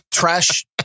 Trash